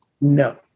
No